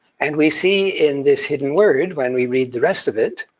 and we see in this hidden word, when we read the rest of it,